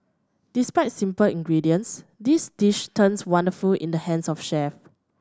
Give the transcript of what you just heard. despite simple ingredients this dish turns wonderful in the hands of chef